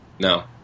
No